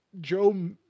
Joe